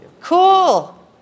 Cool